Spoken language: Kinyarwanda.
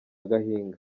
gahinga